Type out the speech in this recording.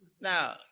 Now